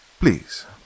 please